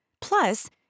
Plus